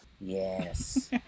Yes